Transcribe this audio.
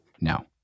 No